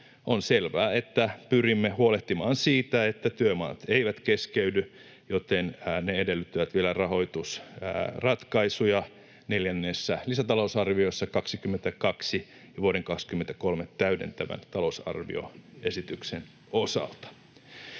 On selvää, että pyrimme huolehtimaan siitä, että työmaat eivät keskeydy, joten ne edellyttävät vielä rahoitusratkaisuja neljännessä lisätalousarviossa 22 ja vuoden 23 täydentävän talousarvion esityksen osalta.